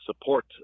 support